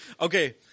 Okay